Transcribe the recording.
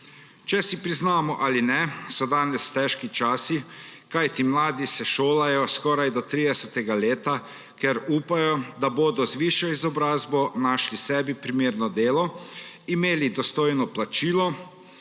Če si priznamo ali ne, so danes težki časi, kajti mladi se šolajo skoraj do 30. leta, ker upajo, da bodo z višjo izobrazbo našli sebi primerno delo, imeli dostojno plačilo,